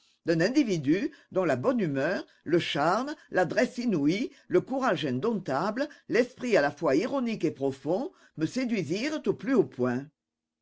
d'un individu dont la bonne humeur le charme l'adresse inouïe le courage indomptable l'esprit à la fois ironique et profond me séduisirent au plus haut point